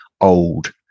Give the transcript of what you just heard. old